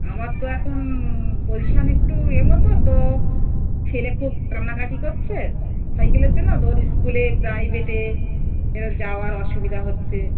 আমার তো এখন পজিশন একটু এ মতো তো ছেলে খুব কান্নাকাটি করছে সাইকেলের জন্য তো ওর স্কুলে প্রাইভেটে এর যাওয়ার অসুবিধা হচ্ছে